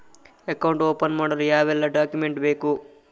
Account open ಮಾಡಲು ಯಾವೆಲ್ಲ document ಬೇಕು?